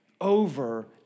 over